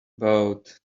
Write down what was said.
about